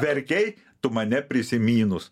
verkei tu mane prisiminus